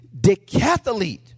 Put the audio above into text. decathlete